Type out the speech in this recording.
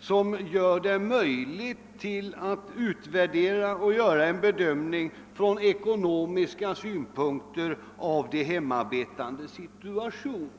som skall göra det möjligt att utvärdera och ekonomiskt bedöma de hemarbetandes situation.